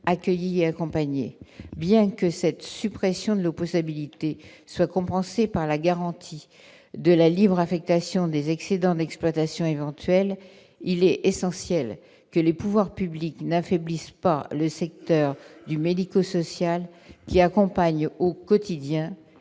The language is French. accueillies et accompagnées. Bien que cette suppression de l'opposabilité soit compensée par la garantie de la libre affectation des excédents d'exploitation éventuels, il est essentiel que les pouvoirs publics n'affaiblissent pas le secteur du médico-social, qui accompagne au quotidien